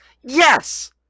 Yes